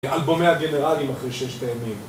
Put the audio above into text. אלבומי הגנרלים אחרי ששת הימים